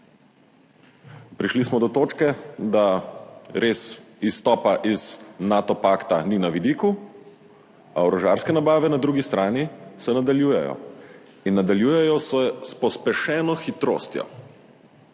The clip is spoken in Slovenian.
Prišli smo do točke, da res izstopa iz Nato pakta ni na vidiku, a orožarske nabave na drugi strani se nadaljujejo in nadaljujejo se s pospešeno hitrostjo.